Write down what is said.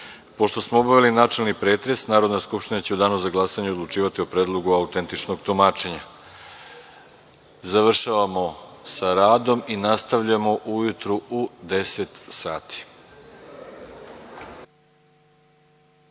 smo obavili načelni pretres, Narodna skupština će u danu za glasanje odlučivati o Predlogu autentičnog tumačenja. Završavamo sa radom. Nastavljamo ujutru u 10,00 sati.